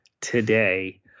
today